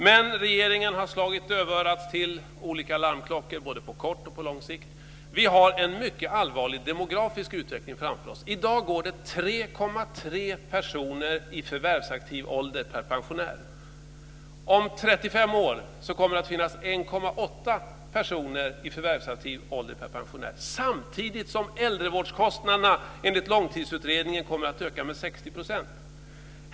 Men regeringen har slagit dövörat till olika larmklockor både på kort och på lång sikt. Vi har en mycket allvarlig demografisk utveckling framför oss. I dag går det 3,3 personer i förvärvsaktiv ålder per pensionär. Om 35 år kommer det att finnas 1,8 personer i förvärvsaktiv ålder per pensionär samtidigt som äldrevårdskostnaderna enligt Långtidsutredningen kommer att öka med 60 %.